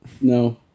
no